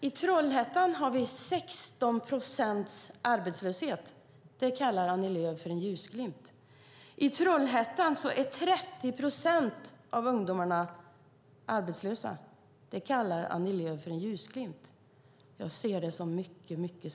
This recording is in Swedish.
I Trollhättan är det 16 procents arbetslöshet. Det kallar Annie Lööf för en ljusglimt. I Trollhättan är 30 procent av ungdomarna arbetslösa. Det kallar Annie Lööf för en ljusglimt. Jag ser det som mycket mörkt.